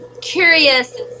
curious